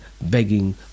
begging